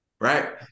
right